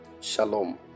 Shalom